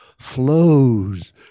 flows